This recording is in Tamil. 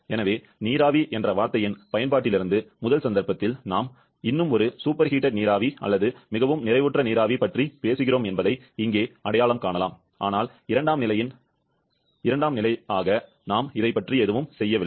எனவே நீராவி என்ற வார்த்தையின் பயன்பாட்டிலிருந்து முதல் சந்தர்ப்பத்தில் நாம் இன்னும் ஒரு சூப்பர் சூடான நீராவி அல்லது மிகவும் நிறைவுற்ற நீராவி பற்றி பேசுகிறோம் என்பதை இங்கே அடையாளம் காணலாம் ஆனால் இரண்டாம் நிலையின் மாக நாம் இதைப் பற்றி எதுவும் செய்யவில்லை